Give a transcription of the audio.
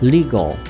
Legal